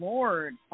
Lord